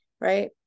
right